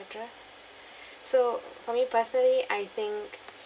so for me personally I think